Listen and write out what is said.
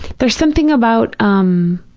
there's something about, um